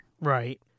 Right